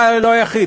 אתה הרי לא היחיד.